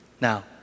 Now